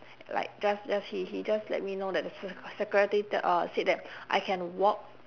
like just just he he just let me know that the se~ security tell uh said that I can walk